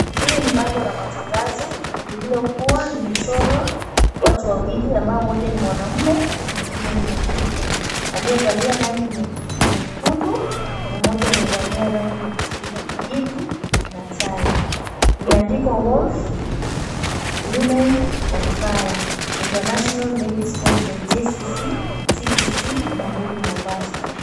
Hili ni bango la matangazo lililokuwa limechorwa watu wawili ambao mmoja ni mwanamume na mwingine ni mwanamke aliyevalia rangi nyekundu na mmoja amevalia rangi ya kijivu na tai imeandikwa Wolf Women On Fire International Ladies Conference JCC CPC Bamburi Mombasa.